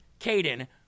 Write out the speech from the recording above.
Caden